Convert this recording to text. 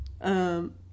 Um-